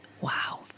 Wow